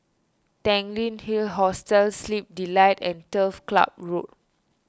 Tanglin Hill Hostel Sleep Delight and Turf Club Road